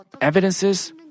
evidences